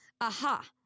Aha